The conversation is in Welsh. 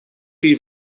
chi